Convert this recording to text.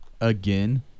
again